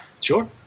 sure